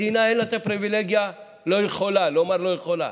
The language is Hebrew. מדינה, אין לה את הפריבילגיה לומר "לא יכולה".